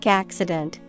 accident